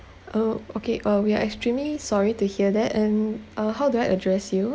oh okay uh we are extremely sorry to hear that and uh how do I address you